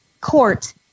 court